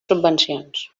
subvencions